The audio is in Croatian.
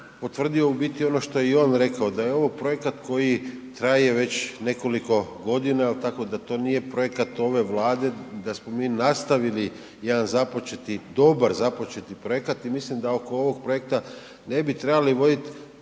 potvrdio u biti ono što je i on rekao, da je ovo projekat koji traje već nekoliko godina tako da to nije projekat ove Vlade, da smo mi nastavili jedan započeti, dobar započeti projekat i mislim da oko ovog projekta ne bi trebali voditi